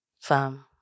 Fam